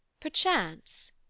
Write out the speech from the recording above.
perchance